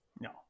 No